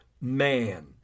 man